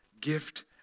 gift